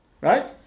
right